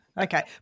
Okay